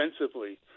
defensively